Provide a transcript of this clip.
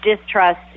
distrust